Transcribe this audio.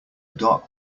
dark